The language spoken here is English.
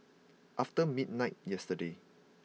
after midnight yesterday